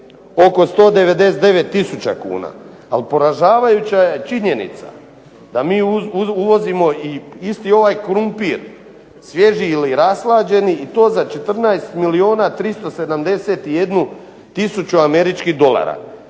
oko 199 tisuća kuna. Ali poražavajuća je činjenica da mi uvozimo i isti ovaj krumpir, svježi ili rashlađeni i to za 14 milijuna 371 tisuću američkih dolara.